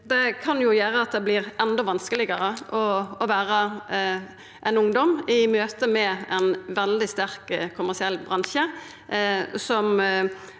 Det kan jo gjera at det vert enda vanskelegare å vera ein ungdom i møtet med ein veldig sterk kommersiell bransje